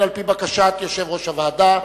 על-פי בקשת יושב-ראש הוועדה,